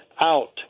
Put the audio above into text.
out